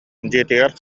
дьиэтигэр